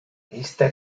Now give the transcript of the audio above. iste